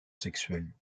sexuelle